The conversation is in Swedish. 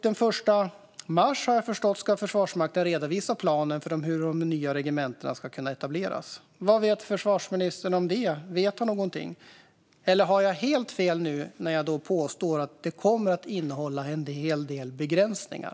Den 1 mars har jag förstått att Försvarsmakten ska redovisa planen för hur de nya regementena ska kunna etableras. Vad vet försvarsministern om det? Vet han något? Eller har jag helt fel när jag nu påstår att det kommer att innehålla en hel del begränsningar?